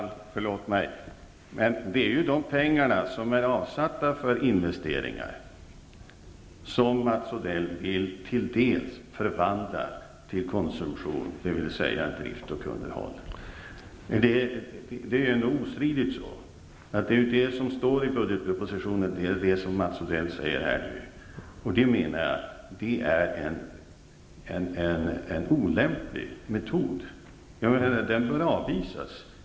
Fru talman! Men det är ju de pengar som är avsatta för investeringar som Mats Odell till dels vill förvandla till konsumtion, dvs. drift och underhåll. Det är ju ostridigt så. Det som Mats Odell säger här nu är också vad som står i budgetpropositionen. Detta är en olämplig metod, som jag menar bör avvisas.